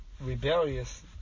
rebellious